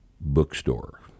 bookstore